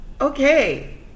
Okay